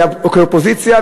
כאופוזיציה,